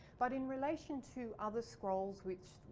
but in relation to other scrolls which,